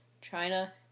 China